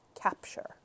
Capture